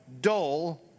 dull